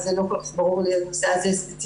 אז לא כל כך ברור לי הנושא הזה ספציפית,